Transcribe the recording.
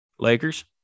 Lakers